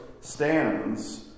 stands